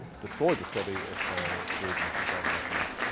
destroy the city if their grievances are not met.